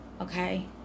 okay